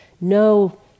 No